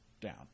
down